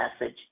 message